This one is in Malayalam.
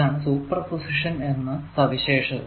ഇതാണ് സൂപ്പർപോസിഷൻ എന്ന സവിശേഷത